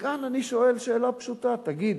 כאן אני שואל שאלה פשוטה: תגיד,